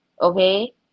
Okay